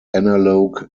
analogue